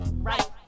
Right